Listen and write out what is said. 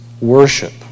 worship